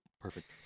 perfect